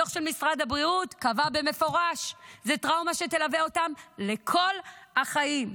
הדוח של משרד הבריאות קבע במפורש שזאת טראומה שתלווה אותם לכל החיים.